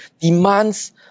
demands